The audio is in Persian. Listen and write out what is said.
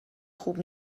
خوب